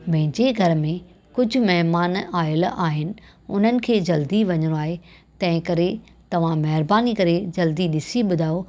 मुंहिंजे घर में कुझु महिमान आयलि आहिनि उन्हनि खे जल्दी वञिणो आहे तंहिं करे तव्हां महिरबानी करे जल्दी ॾिसी ॿुधायो